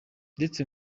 ndetse